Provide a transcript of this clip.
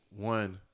one